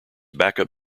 backup